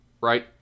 right